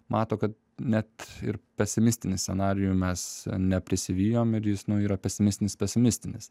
mato kad net ir pesimistinį scenarijų mes neprisivijome ir jis nu yra pesimistinis pesimistinis